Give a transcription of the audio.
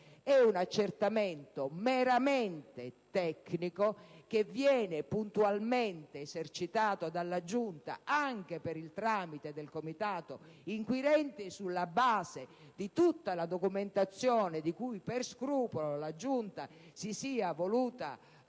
è un accertamento meramente tecnico che viene puntualmente esercitato dalla Giunta anche per il tramite del Comitato inquirente sulla base di tutta la documentazione di cui per scrupolo la Giunta si sia voluta servire